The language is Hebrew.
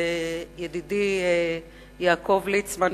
ידידי יעקב ליצמן,